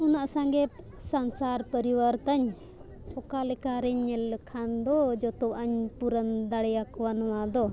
ᱩᱱᱟᱹᱜ ᱥᱟᱸᱜᱮ ᱥᱚᱝᱥᱟᱨ ᱯᱚᱨᱤᱵᱟᱨ ᱛᱤᱧ ᱚᱠᱟ ᱞᱮᱠᱟ ᱨᱤᱧ ᱧᱮᱞ ᱞᱮᱠᱷᱟᱱ ᱫᱚ ᱡᱚᱛᱚᱣᱟᱜ ᱤᱧ ᱯᱩᱨᱩᱱ ᱫᱟᱲᱮᱭᱟᱠᱚᱣᱟ ᱱᱚᱣᱟ ᱫᱚ